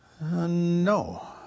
no